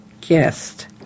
guest